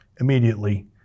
immediately